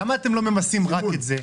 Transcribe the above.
למה אתם לא ממסים רק את זה?